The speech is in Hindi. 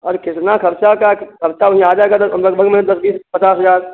अरे कितना ख़र्चा का ख़र्चा वहीं आ जाएगा दस लगभग में दस बीस पचास हज़ार